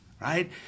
right